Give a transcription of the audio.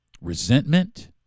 resentment